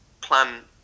plan